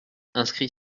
inscrit